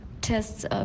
tests